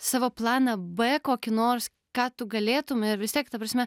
savo planą b kokį nors ką tu galėtum ir vis tiek ta prasme